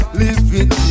living